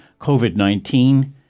COVID-19